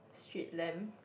street lamp